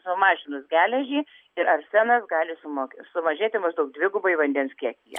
sumažinus geležį ir arsenas gali sumok sumažėti maždaug dvigubai vandens kiekyje